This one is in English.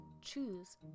choose